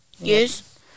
Yes